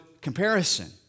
comparison